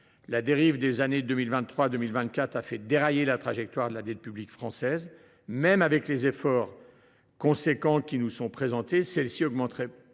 La dérive des années 2023 et 2024 a fait dérailler la trajectoire de la dette publique française : même avec les efforts importants qui nous sont présentés, celle ci augmenterait